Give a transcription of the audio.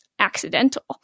accidental